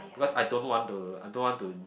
cause I don't want to I don't want to